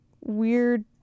weird